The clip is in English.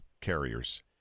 carriers